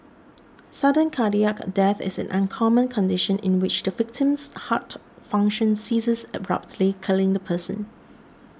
sudden cardiac death is an uncommon condition in which the victim's heart function ceases abruptly killing the person